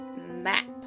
map